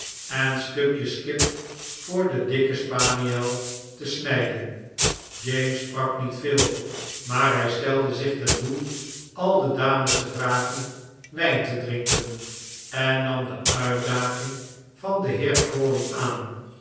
en stukjes kip voor den dikken spaniel te snijden james sprak niet veel maar hij stelde zich ten doel al de dames te vragen wijn te drinken en nam de uitdaging van den heer crawley aan